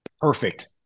perfect